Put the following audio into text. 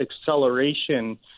acceleration